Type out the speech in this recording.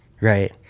right